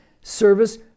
Service